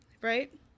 right